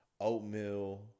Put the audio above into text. oatmeal